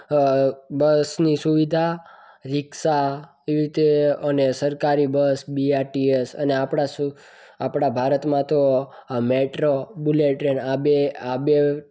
બસની સુવિધા રીક્ષા એવી રીતે અને સરકારી બસ બીઆરટીએસ અને આપણાં આપણાં ભારતમાં તો મેટ્રો બુલેટ ટ્રેન આ બે આ બે